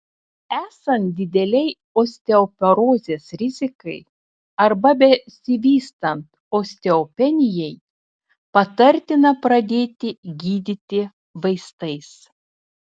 esant didelei osteoporozės rizikai arba besivystant osteopenijai patartina pradėti gydyti vaistais